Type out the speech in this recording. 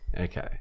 Okay